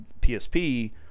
PSP